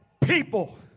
people